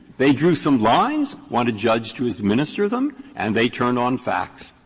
they drew some lines, want a judge to administer them, and they turn on facts,